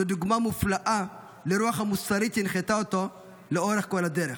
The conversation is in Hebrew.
זו דוגמה מופלאה לרוח המוסרית שהנחתה אותו לאורך כל הדרך.